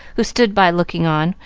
who stood by looking on,